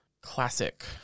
classic